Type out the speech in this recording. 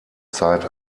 zeit